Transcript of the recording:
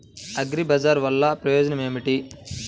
అగ్రిబజార్ వల్లన ప్రయోజనం ఏమిటీ?